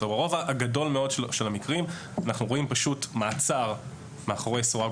הרוב הגדול מאוד של המקרים אנחנו רואים פשוט מעצר מאחורי סורג